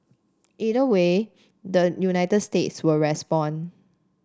either way the United States will respond